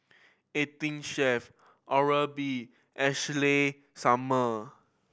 Eighteen Chef Oral B Ashley Summer